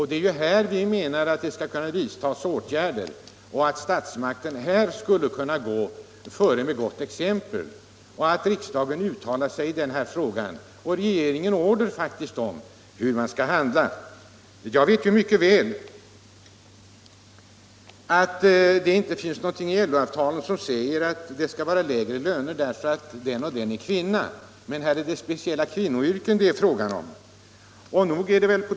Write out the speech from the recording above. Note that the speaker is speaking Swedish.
Det är här åtgärder bör kunna vidtas och statsmakterna skulle kunna gå före med gott exempel genom att riksdagen uttalar sig i frågan och ger regeringen order om hur den skall handla. Jag vet mycket väl au LO-avtalen inte säger att det skall vara lägre löner för kvinnor, men här är det speciella kvinnoyrken det är frågan om.